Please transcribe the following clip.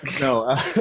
No